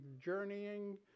journeying